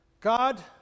God